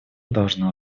должно